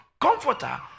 comforter